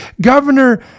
Governor